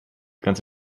ganz